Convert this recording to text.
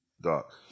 Doc